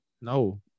No